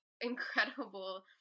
incredible